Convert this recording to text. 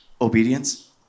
Obedience